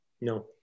No